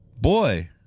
Boy